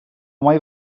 mai